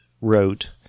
wrote